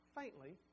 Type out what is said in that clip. faintly